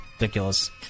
ridiculous